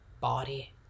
body